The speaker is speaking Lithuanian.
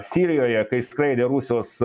sirijoje kai skraidė rusijos